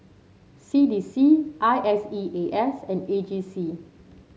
C D C I S E A S and A G C